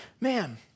man